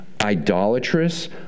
idolatrous